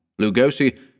Lugosi